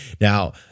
now